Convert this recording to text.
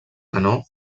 canó